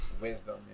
Wisdom